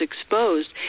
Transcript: exposed